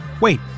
Wait